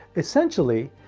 essentially,